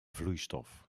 vloeistof